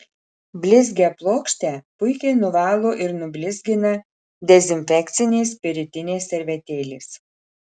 blizgią plokštę puikiai nuvalo ir nublizgina dezinfekcinės spiritinės servetėlės